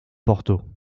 porto